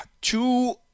two